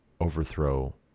overthrow